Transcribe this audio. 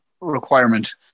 requirement